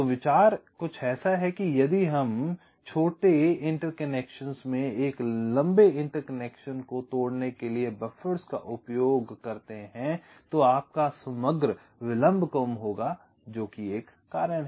तो विचार यह है कि यदि हम छोटी अंतर्संबंधों में एक लंबे अंतरसंबंध को तोड़ने के लिए बफ़र्स का उपयोग करते हैं तो आपका समग्र विलंब कम होगा जो कि एक कारण है